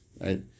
Right